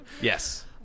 yes